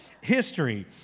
history